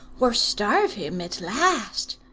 or starve him, at last,